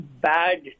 bad